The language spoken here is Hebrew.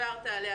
שדיברת עליה,